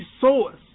source